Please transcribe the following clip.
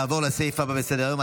נעבור לסעיף הבא בסדר-היום,